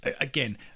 again